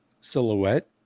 silhouette